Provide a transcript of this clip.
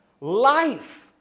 life